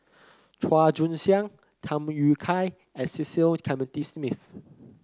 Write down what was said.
Chua Joon Siang Tham Yui Kai and Cecil Clementi Smith